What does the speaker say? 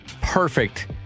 perfect